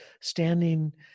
standing